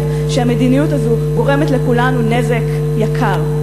שהמדיניות הזו גורמת לכולנו נזק יקר.